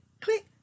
click